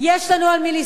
יש לנו על מי לסמוך,